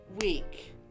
week